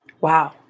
Wow